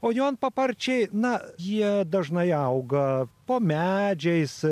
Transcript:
o jonpaparčiai na jie dažnai auga po medžiais